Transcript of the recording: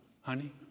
Honey